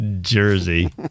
Jersey